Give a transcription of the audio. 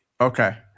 Okay